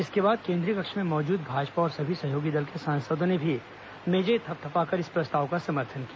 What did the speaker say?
इसके बाद केंद्रीय कक्ष में मौजूद भाजपा और सभी सहयोगी दल के सांसदों ने भी मेजें थपथपाकर इस प्रस्ताव का समर्थन किया